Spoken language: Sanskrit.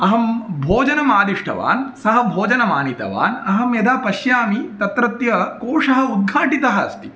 अहं भोजनमादिष्टवान् सः भोजनमानितवान् अहं यदा पश्यामि तत्रत्य कोषः उद्घाटितः अस्ति